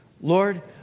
Lord